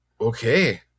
Okay